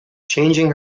changing